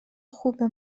خوبه